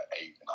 eight